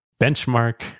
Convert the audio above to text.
Benchmark